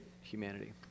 humanity